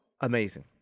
Amazing